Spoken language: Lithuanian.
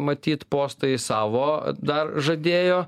matyt postai savo dar žadėjo